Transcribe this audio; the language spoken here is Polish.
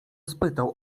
spytał